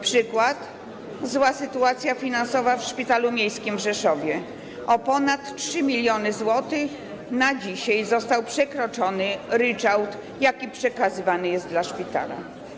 Przykład: zła sytuacja finansowa w szpitalu miejskim w Rzeszowie, o ponad 3 mln zł na dzisiaj został przekroczony ryczałt, jaki przekazywany jest dla szpitala.